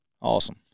Awesome